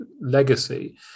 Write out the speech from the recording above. legacy